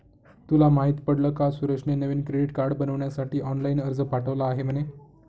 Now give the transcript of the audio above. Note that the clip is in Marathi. तुला माहित पडल का सुरेशने नवीन क्रेडीट कार्ड बनविण्यासाठी ऑनलाइन अर्ज पाठविला आहे म्हणे